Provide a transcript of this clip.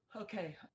Okay